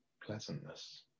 pleasantness